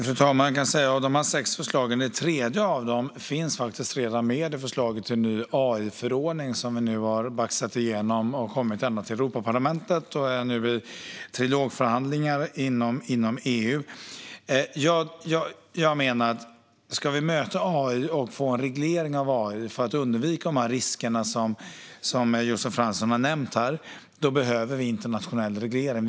Fru talman! Det tredje av de här sex förslagen finns faktiskt redan med i det förslag till ny AI-förordning som vi nu har baxat igenom. Det har kommit ända till Europaparlamentet och är nu i trilogförhandlingar inom EU. Ska vi möta och få en reglering av AI för att undvika de risker som Josef Fransson har nämnt behöver vi internationell reglering.